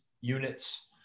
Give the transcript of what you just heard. units